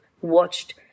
watched